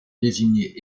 désigner